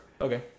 Okay